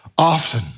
Often